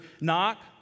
knock